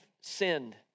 sinned